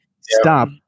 stop